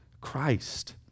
Christ